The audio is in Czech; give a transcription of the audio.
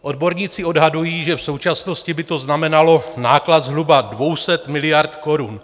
Odborníci odhadují, že v současnosti by to znamenalo náklad zhruba 200 miliard korun.